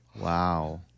Wow